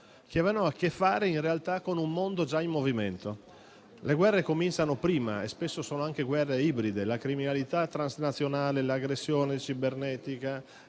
che avevano a che fare, in realtà, con un mondo già in movimento. Le guerre cominciano prima e spesso sono anche guerre ibride. La criminalità transnazionale, l'aggressione cibernetica,